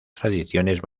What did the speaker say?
tradiciones